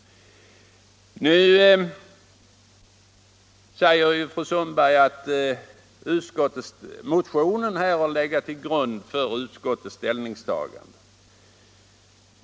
Nu säger fru Sundberg att motionen legat till grund för utskottets ställningstagande.